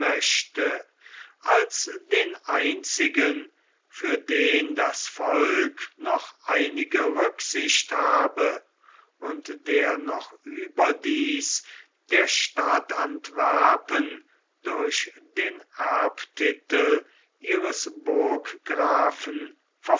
als den einzigen für den das volk noch einige rücksicht habe und der noch überdies der stadt antwerpen durch den erbtitel